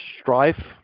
strife